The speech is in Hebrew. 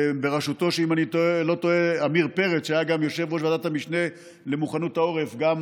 אם אני לא טועה בראשותו של עמיר פרץ, שהיה גם